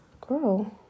Girl